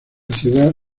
ciudad